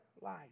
life